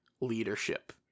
leadership